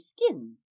skin